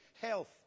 health